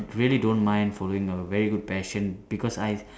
really don't mind following a very good passion because I